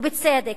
ובצדק.